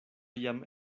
jam